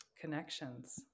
connections